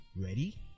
Ready